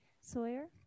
Sawyer